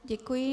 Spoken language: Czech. Děkuji.